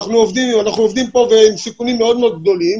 אנחנו עובדים פה עם סיכונים מאוד גדולים